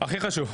התפקיד הכי חשוב.